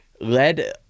led